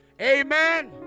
Amen